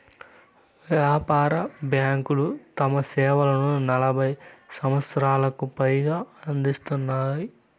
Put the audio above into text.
వ్యాపార బ్యాంకులు తమ సేవలను నలభై సంవచ్చరాలకు పైగా అందిత్తున్నాయి